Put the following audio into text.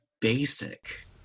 basic